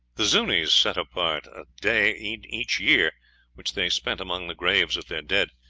the zunis set apart a day in each year which they spent among the graves of their dead,